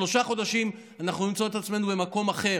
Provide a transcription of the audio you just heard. בשלושה חודשים אנחנו נמצא את עצמנו במקום אחר.